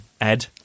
Ed